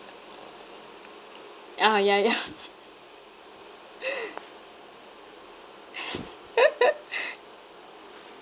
ah ya ya